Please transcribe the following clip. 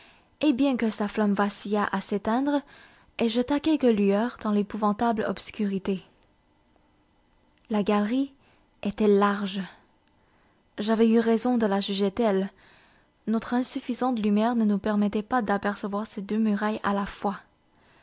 et bien que sa flamme vacillât à s'éteindre elle jeta quelques lueurs dans l'épouvantable obscurité la galerie était large j'avais eu raison de la juger telle notre insuffisante lumière ne nous permettait pas d'apercevoir ses deux murailles à la fois